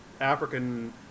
African